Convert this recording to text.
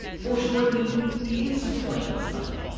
foreshortening is plain sight.